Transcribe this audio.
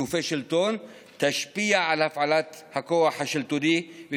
בגופי שלטון תשפיע על הפעלת הכוח השלטוני,